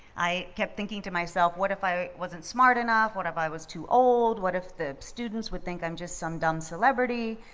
i kept thinking to myself what if i wasn't smart enough, what if i was too old, what if the students would think i'm just some dumb celebrity,